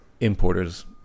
importers